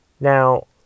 Now